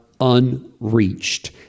unreached